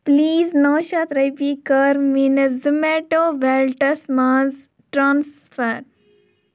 please نَو شؠتھ رۄپیہِ کَر میٛٲنِس زوٗمیٹو ویلٹس مَنٛز ٹرٛانٕسفر